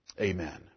Amen